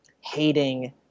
hating